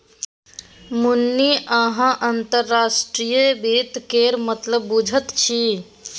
मुन्नी अहाँ अंतर्राष्ट्रीय वित्त केर मतलब बुझैत छी